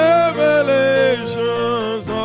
Revelations